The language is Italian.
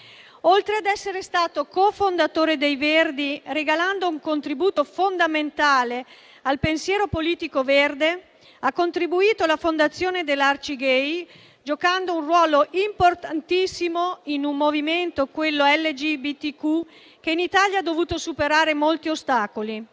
Oltre ad essere stato cofondatore dei Verdi, regalando un contributo fondamentale al pensiero politico verde, ha contribuito alla fondazione dell'Arcigay, giocando un ruolo importantissimo in un movimento, quello LGBTQ, che in Italia ha dovuto superare molti ostacoli.